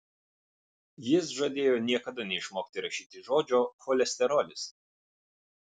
jis žadėjo niekada neišmokti rašyti žodžio cholesterolis